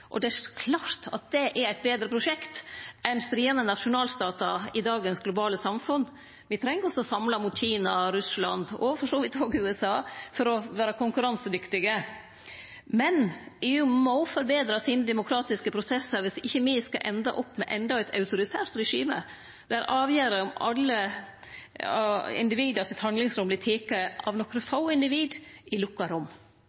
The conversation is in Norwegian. Det er klart at det er eit betre prosjekt enn stridande nasjonalstatar i dagens globale samfunn. Me treng å stå samla mot Kina og Russland, og for så vidt også USA, for å vere konkurransedyktige, men EU må forbetre dei demokratiske prosessane viss me ikkje skal ende opp med endå eit autoritært regime der avgjerder om handlingsrommet til individa vert tekne av nokre få individ i lukka rom.